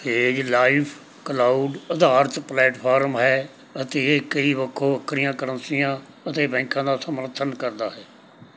ਸੇਜ live cloud ਅਧਾਰਤ platform ਹੈ ਅਤੇ ਇਹ ਕਈ ਵੱਖੋ ਵੱਖਰੀਆਂ ਕਰੰਸੀਆਂ ਅਤੇ ਬੈਂਕਾਂ ਦਾ ਸਮਰਥਨ ਕਰਦਾ ਹੈ